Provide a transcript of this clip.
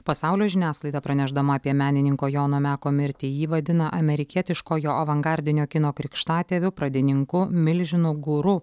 pasaulio žiniasklaida pranešdama apie menininko jono meko mirtį jį vadina amerikietiškojo avangardinio kino krikštatėviu pradininku milžinu guru